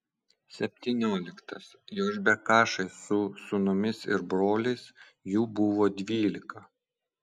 septynioliktas jošbekašai su sūnumis ir broliais jų buvo dvylika